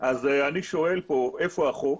אז אני שואל פה איפה החוק.